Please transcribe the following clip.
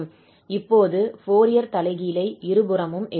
இப்போது ஃபோரியர் தலைகீழை இருபுறமும் எடுக்கலாம்